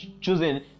choosing